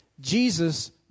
Jesus